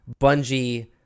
Bungie